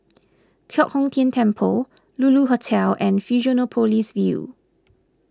Giok Hong Tian Temple Lulu Hotel and Fusionopolis View